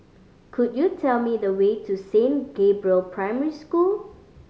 could you tell me the way to Saint Gabriel Primary School